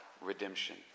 redemption